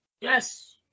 Yes